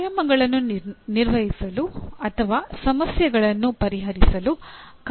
ವ್ಯಾಯಾಮಗಳನ್ನು ನಿರ್ವಹಿಸಲು ಅಥವಾ ಸಮಸ್ಯೆಗಳನ್ನು ಪರಿಹರಿಸಲು ಕಾರ್ಯವಿಧಾನಗಳನ್ನು ಬಳಸಿ